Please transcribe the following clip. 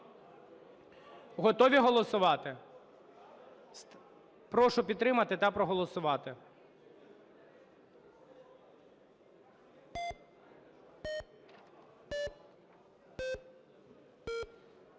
Готові голосувати? Прошу підтримати та проголосувати.